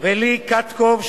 ולי קטקוב,